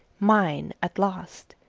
mine at last!